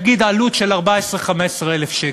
נגיד עלות של 14,000, 15,000 שקל,